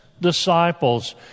disciples